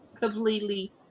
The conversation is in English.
completely